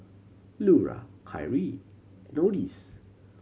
Lura Kyrie Odis